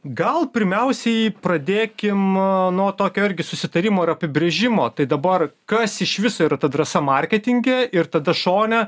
gal pirmiausiai pradėkim nuo tokio irgi susitarimo ir apibrėžimo tai dabar kas iš viso yra ta drąsa marketinge ir tada šone